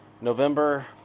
November